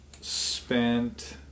spent